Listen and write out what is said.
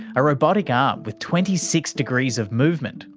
a robotic arm with twenty six degrees of movement,